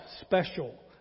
special